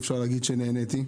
נהניתי.